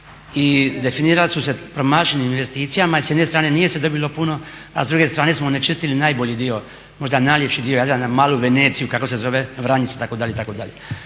i definirali su se promašenim investicijama. I s jedne strane nije se dobilo puno a s druge strane smo onečistili najbolji dio, možda najljepši dio Jadrana, "Malu Veneciju" kako se zove Vranjic itd., itd..